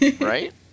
Right